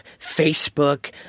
Facebook